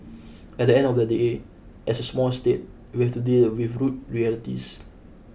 at the end of the day as a small state we have to deal with rude realities